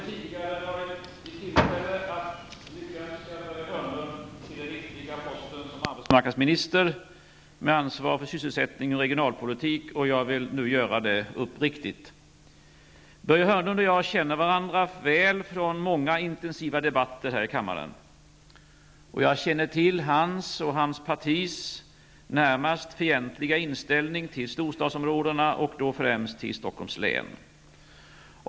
Herr talman! Jag har inte tidigare varit i tillfälle att lyckönska Börje Hörnlund till den viktiga posten som arbetsmarknadsminister med ansvar för sysselsättning och regionalpolitik. Jag vill nu göra det uppriktigt. Börje Hörnlund och jag känner varandra väl från många intensiva debatter här i kammaren. Jag känner till hans och hans partis närmast fientliga inställning till storstadsområdena och främst till Stockholms län.